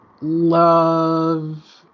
love